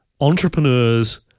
Entrepreneurs